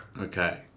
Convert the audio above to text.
Okay